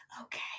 Okay